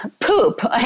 poop